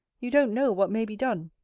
you don't know what may be done